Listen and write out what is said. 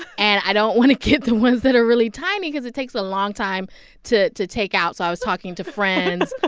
and i don't want to get the ones that are really tiny because it takes a long time to to take out. so i was talking to friends.